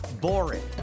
boring